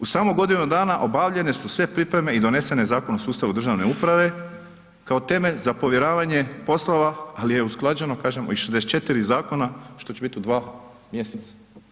U samo godinu dana obavljen su sve pripreme i donesen je Zakon o sustavu državne uprave kao temelj za povjeravanje poslova ali je usklađeno kažem i 64 zakona što će biti u 2 mjeseca.